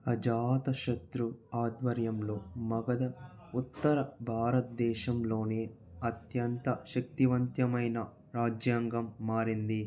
అజాత శత్రు ఆధ్వర్యంలో మగధ ఉత్తర భారత్దేశంలోనే అత్యంత శక్తివంతమైన రాజ్యాంగం మారింది